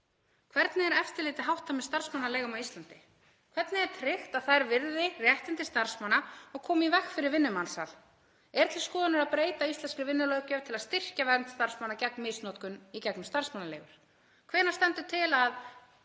Hvernig er eftirliti háttað með starfsmannaleigum á Íslandi? Hvernig er tryggt að þær virði réttindi starfsmanna og komi í veg fyrir vinnumansal? Er til skoðunar að breyta íslenskri vinnulöggjöf til að styrkja vernd starfsmanna gegn misnotkun í gegnum starfsmannaleigur? Hvenær stendur til að